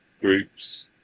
groups